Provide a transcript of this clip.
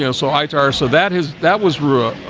you know so heights are so that is that was rua?